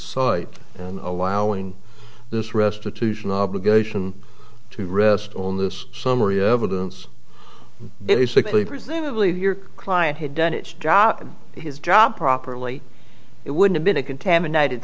site and allowing this restitution obligation to rest on this summary evidence basically presumably if your client had done its job his job properly it would have been a contaminated